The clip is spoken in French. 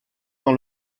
dans